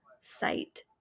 site